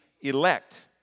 elect